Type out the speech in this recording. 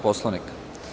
Poslovnika?